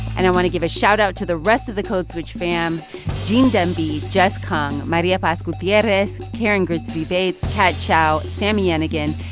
and i want to give a shoutout to the rest of the code switch fam gene demby, jess kung, maria paz gutierrez, karen grigsby bates, kat chow, sami yenigun,